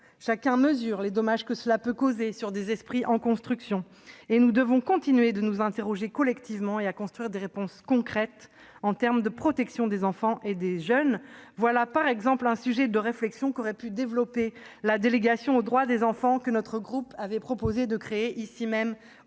Chacun mesure les dommages que cela peut causer sur des esprits en construction. Nous devons continuer à nous interroger collectivement et à construire des réponses concrètes en termes de protection des enfants et des jeunes. C'est un sujet de réflexion dont aurait pu s'emparer la délégation aux droits des enfants que notre groupe avait proposé de créer au Sénat.